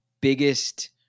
biggest